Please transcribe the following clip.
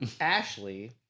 Ashley